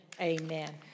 Amen